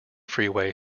freeway